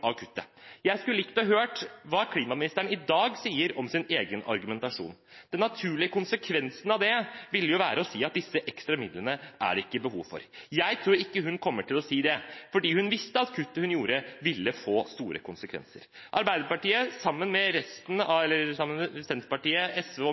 av kuttet. Jeg skulle likt å høre hva klimaministeren i dag sier om sin egen argumentasjon. Den naturlige konsekvensen av det ville være å si at disse ekstra midlene er det ikke behov for. Jeg tror ikke hun kommer til å si det, fordi hun visste at kuttet hun gjorde, ville få store konsekvenser. Arbeiderpartiet sammen